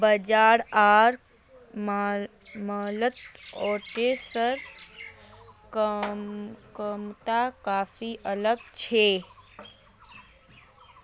बाजार आर मॉलत ओट्सेर कीमत काफी अलग छेक